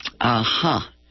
Aha